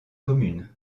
commune